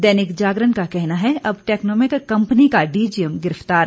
दैनिक जागरण का कहना है अब टैक्नोमेक कंपनी का डीजीएम गिरफतार